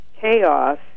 chaos